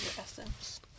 essence